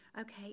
Okay